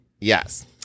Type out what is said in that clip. Yes